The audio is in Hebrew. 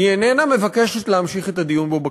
היא איננה מבקשת להמשיך את הדיון בו בכנסת,